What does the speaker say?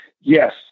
Yes